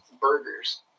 burgers